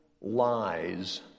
lies